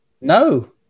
No